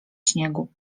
śniegu